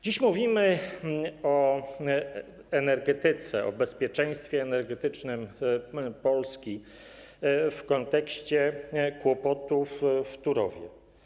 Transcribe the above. Dziś mówimy o energetyce, o bezpieczeństwie energetycznym Polski w kontekście kłopotów w Turowie.